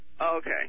Okay